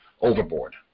overboard